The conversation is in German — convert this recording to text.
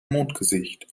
mondgesicht